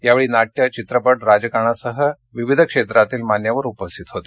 यावेळी नाट्य चित्रपट राजकारणासह विविध क्षेत्रातील मान्यवर उपस्थित होते